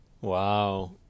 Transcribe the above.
Wow